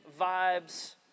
vibes